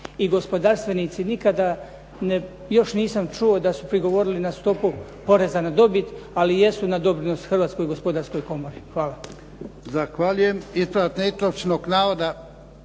I gospodarstvenici nikada još nisam čuo da su prigovorili na stopu poreza na dobit ali jesu na doprinos Hrvatskoj gospodarskoj komori. Hvala.